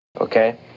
Okay